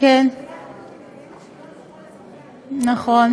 המילה "שוויון", ודאי שזה ייראה אחרת.